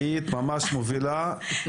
היית ממש מובילה ומצליחה.